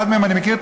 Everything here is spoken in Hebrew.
אחד מהם אני מכיר,